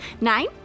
Nine